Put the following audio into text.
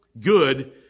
good